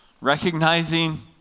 recognizing